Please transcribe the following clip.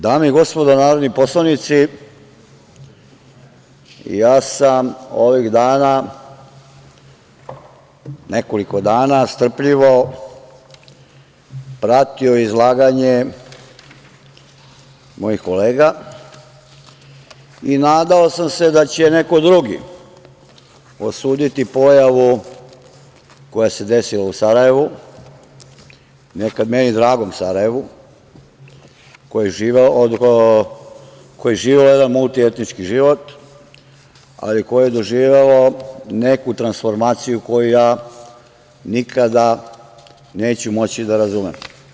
Dame i gospodo narodni poslanici, ja sam ovih dana, nekoliko dana, strpljivo pratio izlaganje mojih kolega i nadao sam se da će neko drugi osuditi pojavu koja se desila u Sarajevu, nekad meni dragom Sarajevu koji je živeo jedan multietnički život, ali koji je doživeo neku transformaciju koju ja nikada neću moći da razumem.